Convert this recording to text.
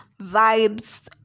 vibes